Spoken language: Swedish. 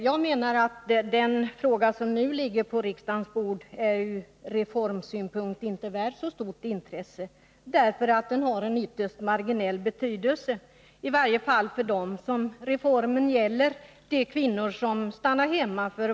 Jag menar att det förslag som nu ligger på riksdagens bord inte är värt så stort intresse från reformsynpunkt. Det har en ytterst marginell betydelse, i varje fall för dem som reformen gäller — de Nr 18 levnadsår.